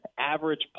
average